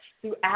throughout